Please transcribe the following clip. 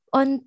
on